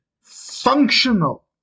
functional